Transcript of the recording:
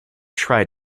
tried